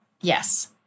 Yes